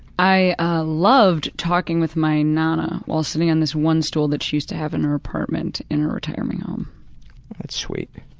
i loved talking with my nana whilst sitting on this one stool that she used to have in her apartment in her retirement home. oh that's sweet.